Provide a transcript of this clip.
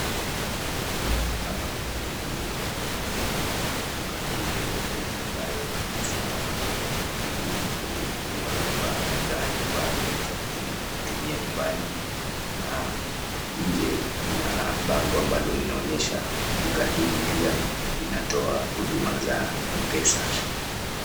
Hapa kuna duka na duka hii kuna mteja ambaye amesimama ili kununua vifaa za nyumbani ,za kutumia nyumbani na nje kuna bango ambalo linaonyesha duka hili pia linatoa huduma za mpesa.